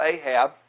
Ahab